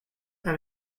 and